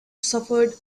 suffered